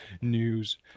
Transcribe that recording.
news